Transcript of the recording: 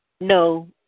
No